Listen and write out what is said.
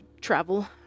travel